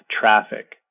traffic